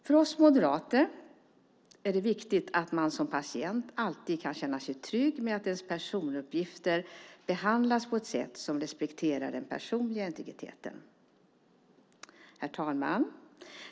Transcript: För oss moderater är det viktigt att man som patient alltid kan känna sig trygg med att ens personuppgifter behandlas på ett sätt som respekterar den personliga integriteten. Herr talman!